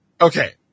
Okay